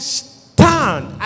stand